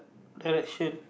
direction